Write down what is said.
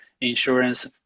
insurance